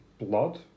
blood